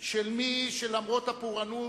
של מי שלמרות הפורענות,